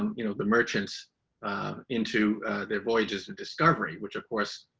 um you know, the merchants into their voyages of discovery, which of course,